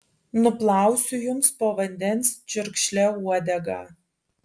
nuplausiu jums po vandens čiurkšle uodegą